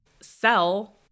sell